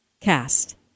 cast